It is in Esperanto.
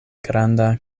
granda